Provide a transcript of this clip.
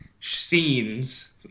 scenes